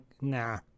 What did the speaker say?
nah